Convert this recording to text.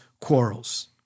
quarrels